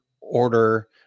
order